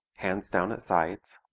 hands down at sides,